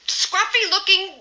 scruffy-looking